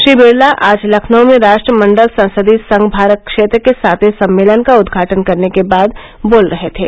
श्री बिड़ला आज लखनऊ में राष्ट्रमंडल संसदीय संघ भारत क्षेत्र के सातवें सम्मेलन का उद्घाटन करने के बाद बोल रहे थे